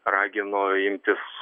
ragino imtis